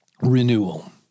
renewal